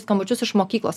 skambučius iš mokyklos